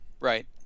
right